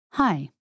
Hi